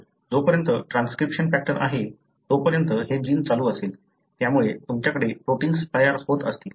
जोपर्यंत transcription factor आहे तोपर्यंत हे जीन चालू असेल त्यामुळे तुमच्याकडे प्रोटिन्स तयार होत असतील